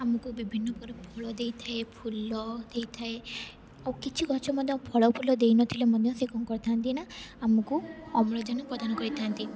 ଆମକୁ ବିଭିନ୍ନ ପ୍ରକାର ଫଳ ଦେଇଥାଏ ଫୁଲ ଦେଇଥାଏ ଆଉ କିଛି ଗଛ ମଧ୍ୟ ଫଳ ଫୁଲ ଦେଇନଥିଲେ ମଧ୍ୟ ସେ କ'ଣ କରିଥାନ୍ତି ନା ଆମକୁ ଅମ୍ଳଜାନ ପ୍ରଦାନ କରିଥାନ୍ତି